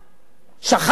שכחת?